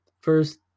first